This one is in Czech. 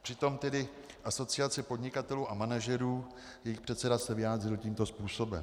Přitom tedy Asociace podnikatelů a manažerů, jejich předseda se vyjádřil tímto způsobem.